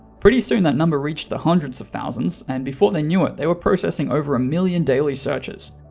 pretty soon that number reached the hundreds of thousands and before they knew it they were processing over a million daily searches.